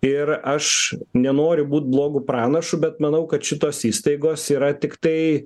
ir aš nenoriu būt blogu pranašu bet manau kad šitos įstaigos yra tiktai